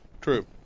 True